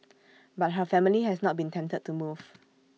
but her family has not been tempted to move